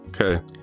Okay